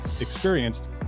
experienced